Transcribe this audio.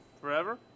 Forever